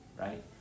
right